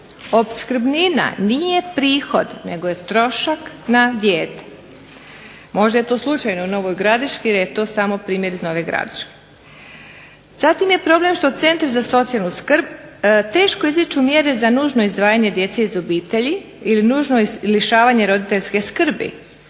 Opskrbnina nije prihod nego je trošak na dijete. Možda je to slučajno u Novoj Gradiški jer je to primjer samo u Novoj Gradišci. Zatim je problem što centri za socijalnu skrb teško izriču mjere za nužno izdvajanje djece iz obitelji ili nužno lišavanje roditeljske skrbi.